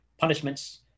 punishments